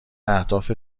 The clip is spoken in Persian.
اهداف